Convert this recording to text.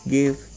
Give